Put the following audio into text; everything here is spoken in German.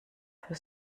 für